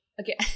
okay